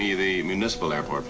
me the municipal airport